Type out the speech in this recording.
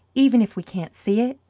even if we can't see it?